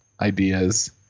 ideas